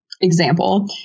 example